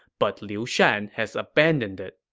but liu shan has abandoned it.